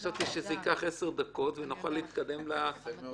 חשבתי שזה ייקח עשר דקות ונוכל להתקדם להמשך.